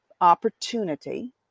opportunity